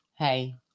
Hey